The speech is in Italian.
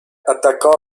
attaccò